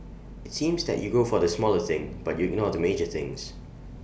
IT seems that you go for the smaller thing but you ignore the major things